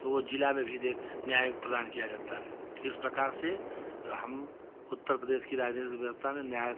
तो वह जिला में भी न्याय प्रदान किया जाता है इस प्रकार से हम उत्तरप्रदेश की राजनीतिक व्यवस्था में न्याय